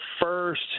first